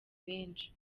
benshi